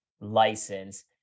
license